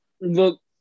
look